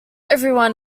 everyone